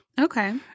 Okay